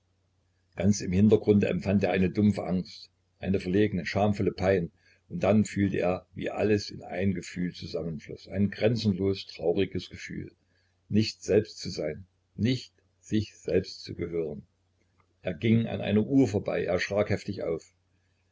ganz im hintergrunde empfand er eine dumpfe angst eine verlegene schamvolle pein und dann fühlte er wie alles in ein gefühl zusammenfloß ein grenzenlos trauriges gefühl nicht selbst zu sein nicht sich selbst zu gehören er ging an einer uhr vorbei er schrak heftig auf